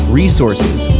resources